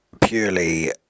purely